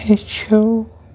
ہیٚچھِو